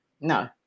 No